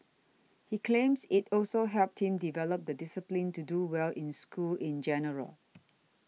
he claims it also helped him develop the discipline to do well in school in general